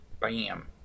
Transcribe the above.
bam